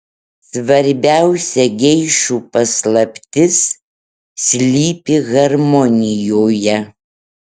svarbiausia geišų paslaptis slypi harmonijoje